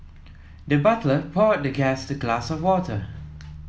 the butler poured the guest a glass of water